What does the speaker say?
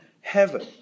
heaven